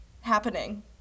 happening